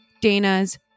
Dana's